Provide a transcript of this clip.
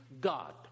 God